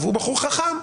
הוא בחור חכם.